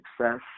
success